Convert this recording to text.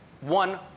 one